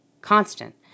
Constant